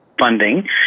Funding